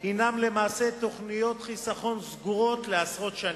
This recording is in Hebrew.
הן למעשה תוכניות חיסכון סגורות לעשרות שנים.